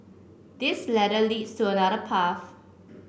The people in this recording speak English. this ladder leads to another path